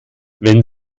wenn